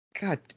God